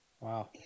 Wow